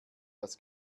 das